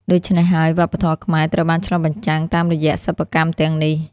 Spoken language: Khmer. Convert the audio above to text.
ដូចនេះហើយវប្បធម៌ខ្មែរត្រូវបានឆ្លុះបញ្ចាំងតាមរយៈសិប្បកម្មទាំងនេះ។